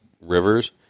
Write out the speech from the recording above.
rivers